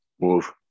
Move